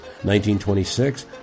1926